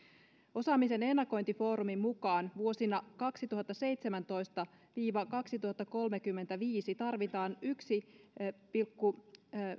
osaamisen ennakointifoorumin mukaan vuosina kaksituhattaseitsemäntoista viiva kaksituhattakolmekymmentäviisi tarvitaan yksi pilkku